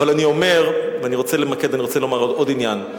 אבל אני רוצה לומר עוד עניין: